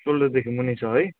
सोल्डरदेखि मुनि छ है